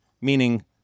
meaning